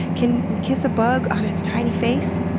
can we kiss a bug on its tiny face?